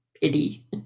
pity